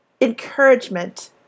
encouragement